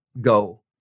go